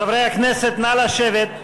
חברי הכנסת, נא לשבת,